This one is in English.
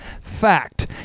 fact